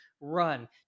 run